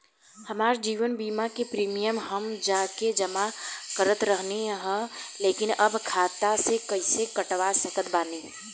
हमार जीवन बीमा के प्रीमीयम हम जा के जमा करत रहनी ह लेकिन अब खाता से कइसे कटवा सकत बानी?